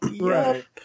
Right